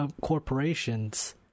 corporations